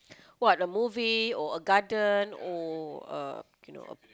what a movie or a garden or a your